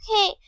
Okay